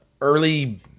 early